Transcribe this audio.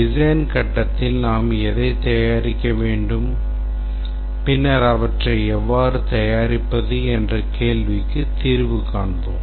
design கட்டத்தில் நாம் எதைத் தயாரிக்க வேண்டும் பின்னர் அவற்றை எவ்வாறு தயாரிப்பது என்ற கேள்விக்கு தீர்வு காண்போம்